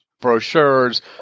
brochures